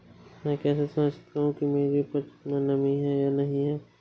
मैं कैसे सुनिश्चित करूँ कि मेरी उपज में नमी है या नहीं है?